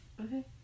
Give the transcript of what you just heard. Okay